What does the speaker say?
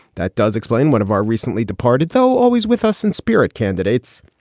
that does explain one of our recently departed. so always with us in spirit candidates.